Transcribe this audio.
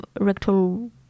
rectal